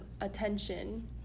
attention